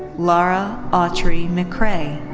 laura autrey mccray.